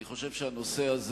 אני חושב שהנושא הזה